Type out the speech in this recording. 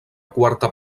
quarta